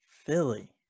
Philly